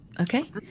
Okay